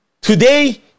today